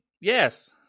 yes